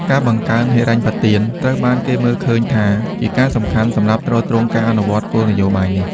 ការបង្កើនហិរញ្ញប្បទាន ត្រូវបានគេមើលឃើញថាជាការសំខាន់សម្រាប់ទ្រទ្រង់ការអនុវត្តគោលនយោបាយនេះ។